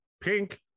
pink